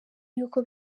y’uko